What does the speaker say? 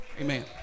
Amen